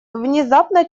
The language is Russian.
внезапно